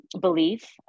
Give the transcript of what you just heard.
belief